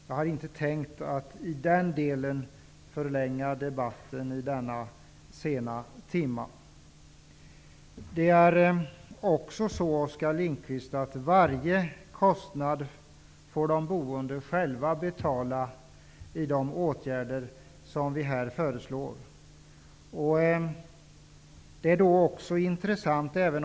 Jag har inte tänkt att förlänga debatten i den delen i denna sena timma. Det är också så, Oskar Lindkvist, att de boende själva får betala varje kostnad för de åtgärder vi här föreslår.